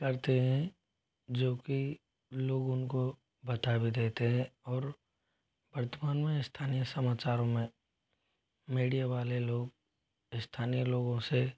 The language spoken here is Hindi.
करते हैं जो कि लोग उनको बता भी देते हैं और वर्तमान में स्थानीय समाचारों में मीडिया वाले लोग स्थानीय लोगों से